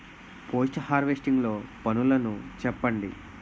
Post harvesting లో పనులను చెప్పండి?